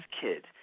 kid